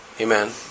Amen